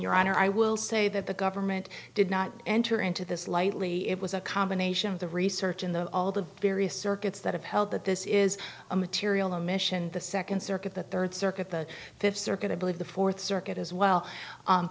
your honor i will say that the government did not enter into this lightly it was a combination of the research in the all the various circuits that have held that this is a material omission the second circuit the third circuit the fifth circuit i believe the fourth circuit as well